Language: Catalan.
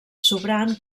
sobrant